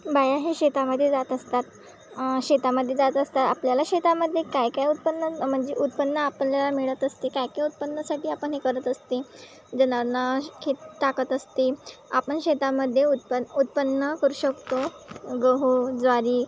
बाया हे शेतामध्ये जात असतात शेतामध्ये जात असतात आपल्याला शेतामध्ये काय काय उत्पन्न म्हणजे उत्पन्न आपल्याला मिळत असते काय काय उत्पन्नासाठी आपण हे करत असते जनांना खेत टाकत असते आपण शेतामध्ये उत्पन्न उत्पन्न करू शकतो गहू ज्वारी